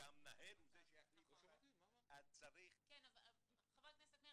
שהמנהל הוא זה שיחליט --- חבר הכנסת מאיר,